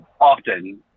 often